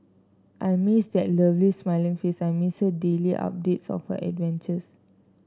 I miss that lovely smiling face I miss her daily updates of her adventures